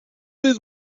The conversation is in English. his